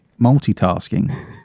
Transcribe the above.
multitasking